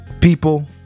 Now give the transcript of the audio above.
people